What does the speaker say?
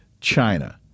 China